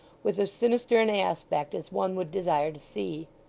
with as sinister an aspect as one would desire to see.